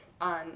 on